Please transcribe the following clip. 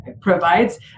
provides